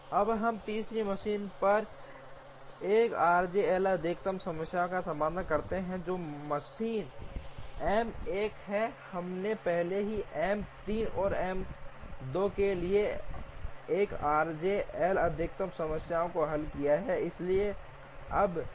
अब हम तीसरी मशीन पर 1 आरजे एल अधिकतम समस्या का समाधान करते हैं जो मशीन एम 1 है हमने पहले ही एम 3 और फिर एम 2 के लिए 1 आरजे एल अधिकतम समस्याओं को हल किया है